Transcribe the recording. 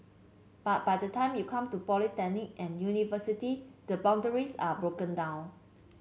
but by the time you come to polytechnic and university the boundaries are broken down